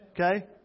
Okay